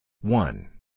One